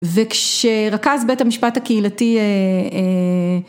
וכשרכז בית המשפט הקהילתי...